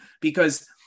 Because-